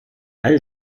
all